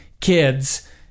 Kids